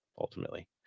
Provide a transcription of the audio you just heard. ultimately